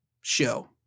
show